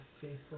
faithful